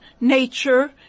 nature